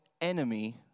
enemy